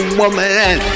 woman